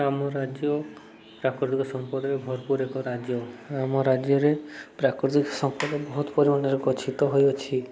ଆମ ରାଜ୍ୟ ପ୍ରାକୃତିକ ସମ୍ପଦରେ ଭରପୁର ଏକ ରାଜ୍ୟ ଆମ ରାଜ୍ୟରେ ପ୍ରାକୃତିକ ସମ୍ପଦ ବହୁତ ପରିମାଣରେ ଗଛିିତ ହୋଇଅଛି